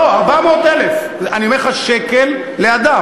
לא, 400,000. אני אומר לך: שקל לאדם.